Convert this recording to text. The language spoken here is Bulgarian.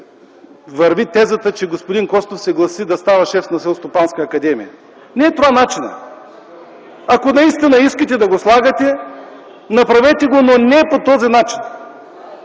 върви тезата, че господин Костов се гласи да става шеф на Селскостопанска академия. Ако наистина искате да го слагате – направете го, но не по този начин.